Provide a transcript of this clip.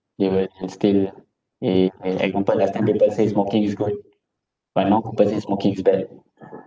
they will still e~ example last time people say smoking is good but now people say smoking is bad